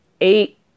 eight